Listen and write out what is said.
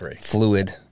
fluid